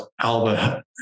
Alba